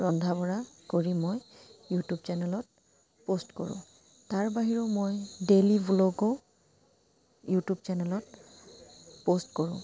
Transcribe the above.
ৰন্ধা বঢ়া কৰি মই ইউটিউব চেনেলত প'ষ্ট কৰোঁ তাৰ বাহিৰেও মই ডেইলী ব্লগো ইউটিউব চেনেলত প'ষ্ট কৰোঁ